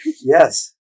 Yes